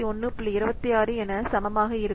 26 என சமமாக இருக்கும்